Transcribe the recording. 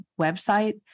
website